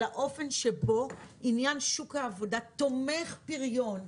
על האופן שבו עניין שוק העבודה תומך פריון.